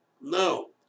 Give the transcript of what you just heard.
No